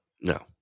no